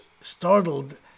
startled